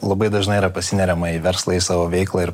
labai dažnai yra pasineriama į verslą į savo veiklą ir